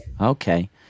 okay